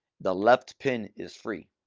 the left pin is free.